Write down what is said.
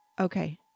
Okay